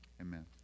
amen